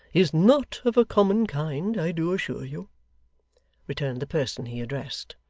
is not of a common kind, i do assure you returned the person he addressed.